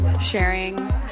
sharing